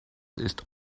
ist